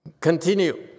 Continue